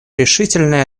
решительное